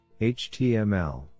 html